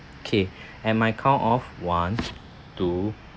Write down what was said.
okay at my count of one two